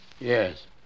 Yes